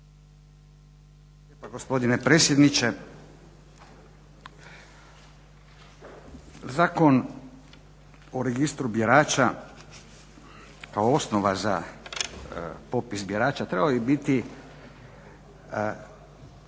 gospodine predsjedniče. Zakon o registru birača kao osnova za popis birača trebao bi biti